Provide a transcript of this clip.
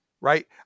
right